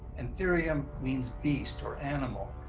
and therium means beast or animal.